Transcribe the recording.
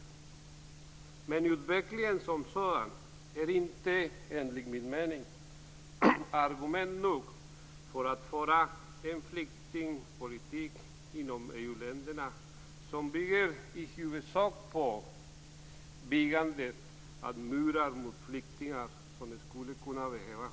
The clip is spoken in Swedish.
Men denna utveckling som sådan är inte, enligt min mening, argument nog för att föra en flyktingpolitik inom EU-länderna som i huvudsak bygger på resandet av murar mot flyktingar som skulle behöva skydd.